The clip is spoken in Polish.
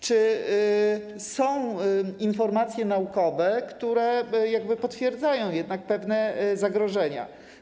Czy są informacje naukowe, które potwierdzają jednak pewne zagrożenia?